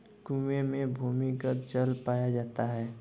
कुएं में भूमिगत जल पाया जाता है